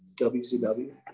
WCW